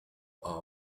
our